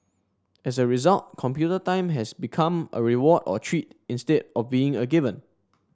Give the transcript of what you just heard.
as a result computer time has become a reward or treat instead of being a given